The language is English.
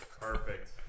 Perfect